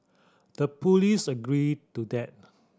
the police agreed to that